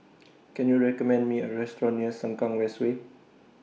Can YOU recommend Me A Restaurant near Sengkang West Way